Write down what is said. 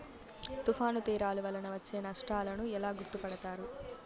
తుఫాను తీరాలు వలన వచ్చే నష్టాలను ఎలా గుర్తుపడతారు?